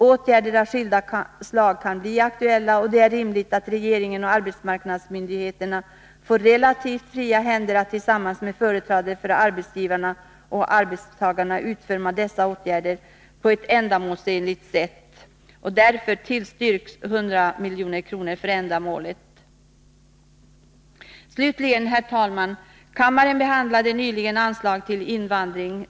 Åtgärder av skilda slag kan bli aktuella, och det är rimligt att regeringen och arbetsmarknadsmyndigheterna får relativt fria händer att tillsammans med företrädare för arbetsgivarna och arbetstagarna utforma dessa åtgärder på ett ändamålsenligt sätt. Därför tillstyrks 100 milj.kr. för ändamålet. Slutligen, herr talman! Kammaren behandlade nyligen anslagen till invandring.